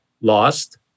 lost